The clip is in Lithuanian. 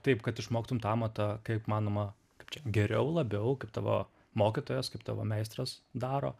taip kad išmoktum tą amatą kaip įmanoma kaip čia geriau labiau kaip tavo mokytojas kaip tavo meistras daro